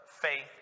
faith